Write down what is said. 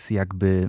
jakby